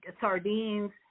sardines